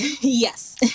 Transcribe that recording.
Yes